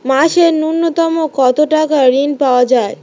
মাসে নূন্যতম কত টাকা ঋণ পাওয়া য়ায়?